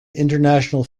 international